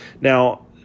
Now